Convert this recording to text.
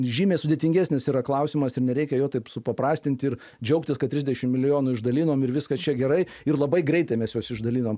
žymiai sudėtingesnis yra klausimas ir nereikia jo taip supaprastinti ir džiaugtis kad trisdešim milijonų išdalinom ir viskas čia gerai ir labai greitai mes juos išdalinom